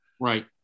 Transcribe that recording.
Right